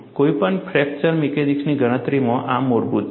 કોઈપણ ફ્રેક્ચર મિકેનિક્સની ગણતરીમાં આ મૂળભૂત છે